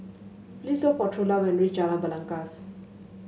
please look for Trula when reach Jalan Belangkas